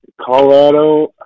Colorado